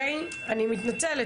אני מתנצלת,